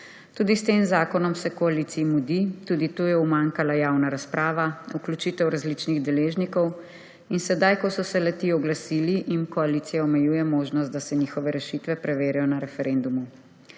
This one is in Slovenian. Tudi s tem zakonom se koaliciji mudi. Tudi tukaj je umanjkala javna razprava, vključitev različnih deležnikov sedaj, ko so se le-ti oglasili, jim koalicija omejuje možnost, da se njihove rešitve preverjajo na referendumu.